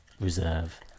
reserve